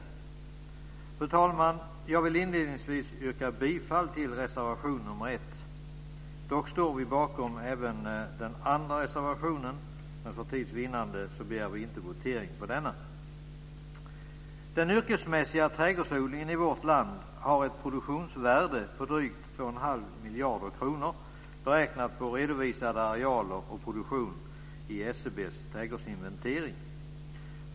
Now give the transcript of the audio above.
Fru talman! Jag vill inledningsvis yrka bifall till reservation nr 1. Dock står vi bakom även den andra reservationen, men för tids vinnande begär vi inte votering på denna. Den yrkesmässiga trädgårdsodlingen i vårt land har ett produktionsvärde på drygt 21⁄2 miljarder kronor, beräknat på redovisad areal och produktion i SCB:s trädgårdsinventering.